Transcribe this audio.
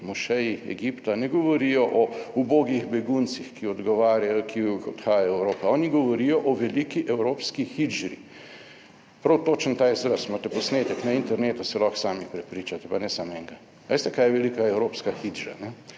mošeji Egipta, ne govorijo o ubogih beguncih, ki odgovarjajo, ki odhajajo v Evropo, oni govorijo o veliki evropski hidžri. Prav točno ta izraz, imate posnetek na internetu, se lahko sami prepričate, pa ne samo enega. A veste, kaj je velika evropska hidžra?